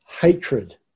hatred